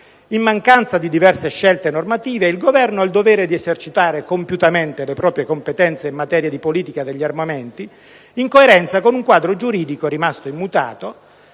In mancanza di diverse scelte normative, il Governo ha il dovere di esercitare compiutamente le proprie competenze in materia di politica degli armamenti, in coerenza con un quadro giuridico rimasto immutato.